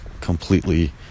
completely